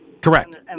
Correct